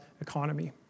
economy